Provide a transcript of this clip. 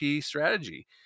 strategy